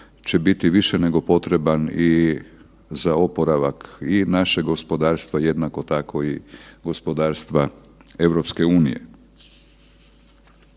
će biti više nego potreban i za oporavak i našeg gospodarstva, jednako tako i gospodarstva EU. Ono